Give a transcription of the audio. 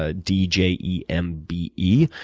ah d j e m b e.